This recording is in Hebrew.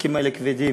השקים האלה כבדים.